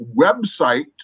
website